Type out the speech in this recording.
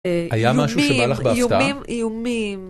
היה משהו שבא לך בהפתעה? איומים, איומים, איומים